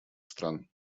стран